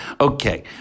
Okay